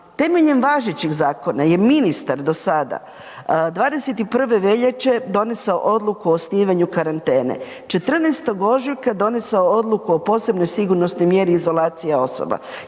temeljem važećih zakona je ministar do sada 21. veljače donesao odluku o osnivanju karantene, 14. ožujka donesao odluku o posebnoj sigurnosnoj mjeri izolacija osoba,